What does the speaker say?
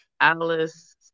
Alice